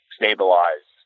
stabilize